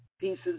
pieces